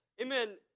amen